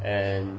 and